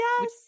Yes